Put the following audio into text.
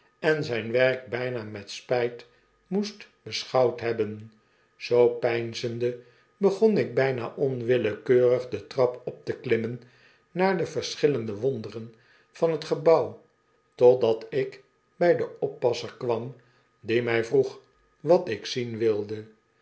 en zijn werk bijna met spyt moest beschouwd hebben zoo peinzende begon ik bijna onwillekeurig de trap op teklimmen naar de verschillende wonderen van het gebouw totdat ik by den oppasser kwam die my vroeg wat ik zien wilde